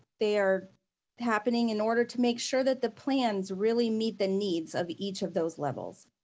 they are happening in order to make sure that the plans really meet the needs of each of those levels.